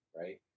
right